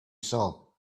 saw